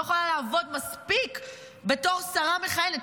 לא יכולה לעבוד מספיק בתור שרה מכהנת.